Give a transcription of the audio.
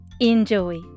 Enjoy